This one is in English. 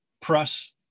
press